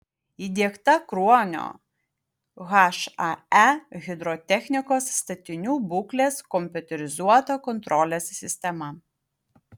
įdiegta kruonio hae hidrotechnikos statinių būklės kompiuterizuota kontrolės sistema